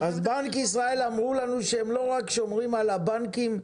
ישראל אמרו לנו שהם לא רק שומרים על הבנקים,